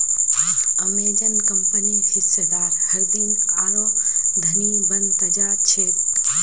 Amazon कंपनीर हिस्सेदार हरदिन आरोह धनी बन त जा छेक